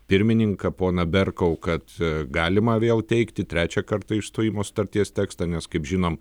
pirmininką poną berkou kad galima vėl teikti trečią kartą išstojimo sutarties tekstą nes kaip žinom